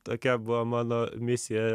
tokia buvo mano misija